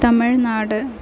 Tamil Nadu